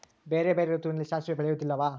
ಬೇರೆ ಬೇರೆ ಋತುವಿನಲ್ಲಿ ಸಾಸಿವೆ ಬೆಳೆಯುವುದಿಲ್ಲವಾ?